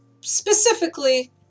specifically